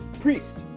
Priest